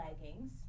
leggings